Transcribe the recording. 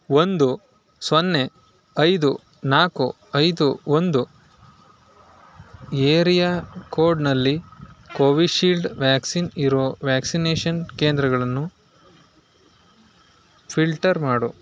ಒಂದು ಸೊನ್ನೆ ಐದು ನಾಲ್ಕು ಐದು ಒಂದು ಏರಿಯಾ ಕೋಡ್ನಲ್ಲಿ ಕೋವಿಶೀಲ್ಡ್ ವ್ಯಾಕ್ಸಿನ್ ಇರೋ ವ್ಯಾಕ್ಸಿನೇಷನ್ ಕೇಂದ್ರಗಳನ್ನು ಫಿಲ್ಟರ್ ಮಾಡು